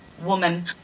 woman